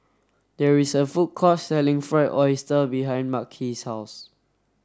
there is a food court selling fried oyster behind Makhi's house